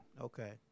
Okay